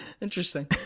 Interesting